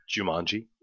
Jumanji